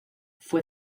fue